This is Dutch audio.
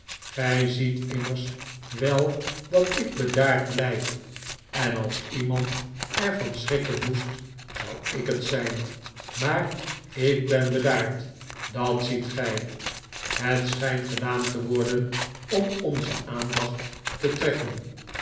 gij ziet immers wel dat ik bedaard blijf en als iemand er van schrikken moest zou ik het zijn maar ik ben bedaard dat ziet gij het schijnt gedaan te worden om onze aandacht te trekken